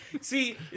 See